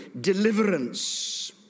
deliverance